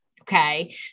Okay